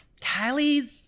Kylie's